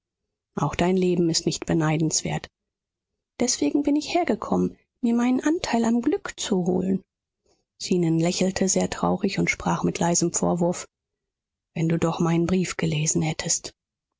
auch dein leben ist nicht beneidenswert deswegen bin ich hergekommen mir meinen anteil am glück zu holen zenon lächelte sehr traurig und sprach mit leisem vorwurf wenn du doch meinen brief gelesen hättest